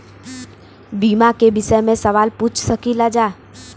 बीमा के विषय मे सवाल पूछ सकीलाजा?